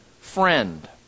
friend